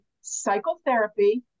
psychotherapy